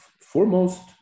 foremost